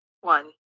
One